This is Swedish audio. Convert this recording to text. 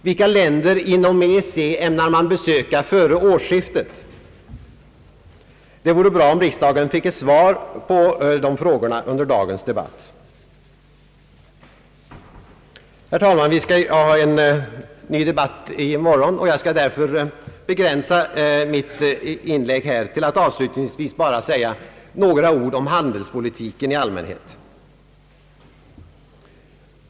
Vilka länder inom EEC ämnar man besöka före årsskiftet? Det vore bra om riksdagen fick ett svar på dessa frågor under dagens debatt. Herr talman! Vi skall ha en ny debatt i morgon, och jag skall därför begränsa mitt inlägg här till att avslutningsvis bara säga några ord om handelspolitiken i allmänhet.